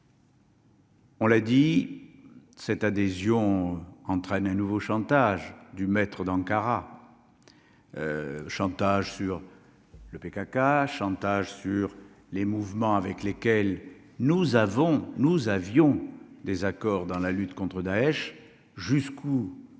On l'a dit, cette adhésion entraîne un nouveau chantage du maître d'Ankara chantage sur le PKK chantage sur les mouvements avec lesquels nous avons, nous avions désaccord dans la lutte contre Daech jusqu'où